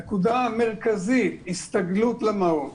נקודה מרכזית היא הסתגלות למעון.